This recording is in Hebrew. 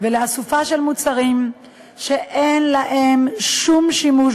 ולאסופה של מוצרים שאין להם שום שימוש